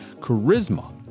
charisma